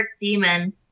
demon